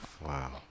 Wow